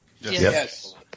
Yes